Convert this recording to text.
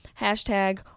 hashtag